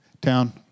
town